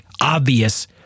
obvious